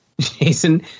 Jason